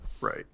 right